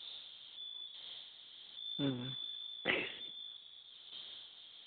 ᱦᱮᱸ